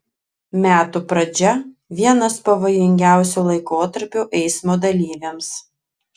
metų pradžia vienas pavojingiausių laikotarpių eismo dalyviams